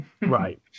right